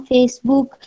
Facebook